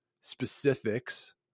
specifics